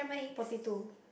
potato